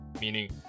meaning